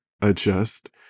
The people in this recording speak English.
adjust